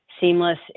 seamless